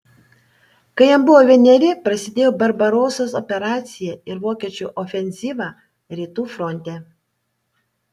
kai jam buvo vieneri prasidėjo barbarosos operacija ir vokiečių ofenzyva rytų fronte